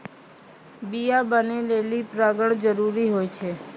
बीया बनै लेलि परागण जरूरी होय छै